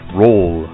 roll